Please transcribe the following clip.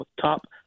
top